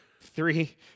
three